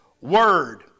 Word